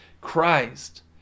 Christ